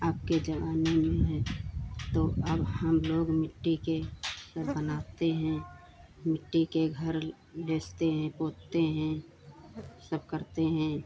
अब के ज़माने में यह तो अब हम लोग मिट्टी के घर बनाते हैं मिट्टी के घर बेचते हैं कूदते हैं सब करते हैं